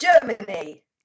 Germany